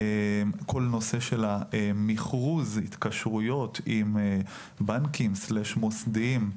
לגבי מכרזים והתקשרויות עם בנקים / מוסדיים,